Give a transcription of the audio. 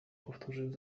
powtórzył